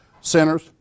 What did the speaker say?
centers